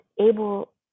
able